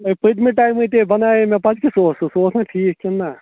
پٔتمہِ ٹایمہٕ تہِ ہے بَنایے مےٚ پَتہٕ کیُتھ اوس سُہ سُہ اوس نہ ٹھیٖک کِنہٕ نہ